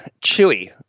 Chewy